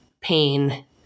pain